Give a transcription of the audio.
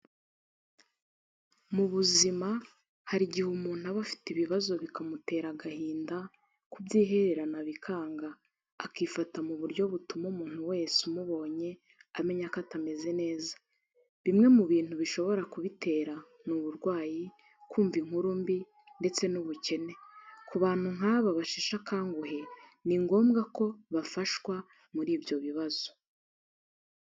Mu buzima, hari igihe umuntu aba afite ibibazo bikamutera agahinda, kubyihererana bikanga akifata mu buryo butuma umuntu wese umubonye amenya ko atameze neza. Bimwe mu bintu bishobora kubitera ni uburwayi, kumva inkuru mbi, ndetse n'ubukene. Ku bantu nk'aba basheshe akanguhe, ni ngombwa ko bafashwa muri ibyo bibazo.